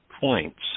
points